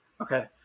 Okay